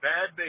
Bad